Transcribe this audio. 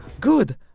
Good